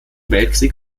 weltkrieg